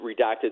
redacted